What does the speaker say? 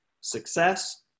success